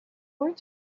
going